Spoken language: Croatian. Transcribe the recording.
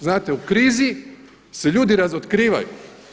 Znate u krizi se ljudi razotkrivaju.